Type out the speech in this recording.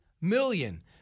million